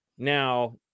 Now